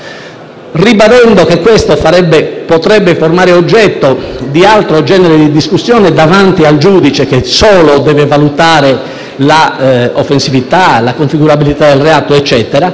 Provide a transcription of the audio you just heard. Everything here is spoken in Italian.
Ribadendo che ciò potrebbe formare oggetto di altro genere di discussione davanti al giudice, che solo deve valutare l'offensività e la configurabilità del reato, per